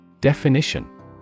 Definition